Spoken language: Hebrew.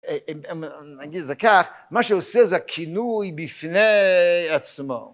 נגיד זה כך, מה שעושה זה כינוי בפני עצמו